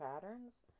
patterns